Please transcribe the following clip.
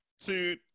two